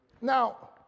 Now